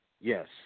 Yes